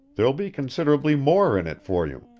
there'll be considerably more in it for you.